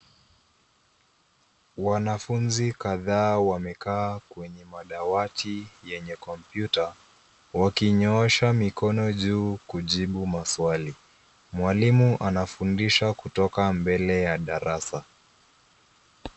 Wanafunzi kadhaa wamekaa kwenye madawati yenye kompyuta, wakinyoosha mikono juu kujibu maswali. Mwalimu anafundisha kutoka mbele ya darasa.